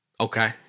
Okay